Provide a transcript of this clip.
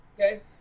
okay